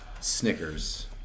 Snickers